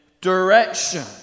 direction